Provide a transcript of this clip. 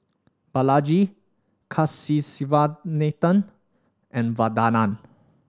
Balaji Kasiviswanathan and Vandana